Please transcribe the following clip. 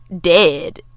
dead